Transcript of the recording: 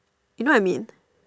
you know I mean